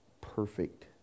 perfect